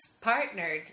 partnered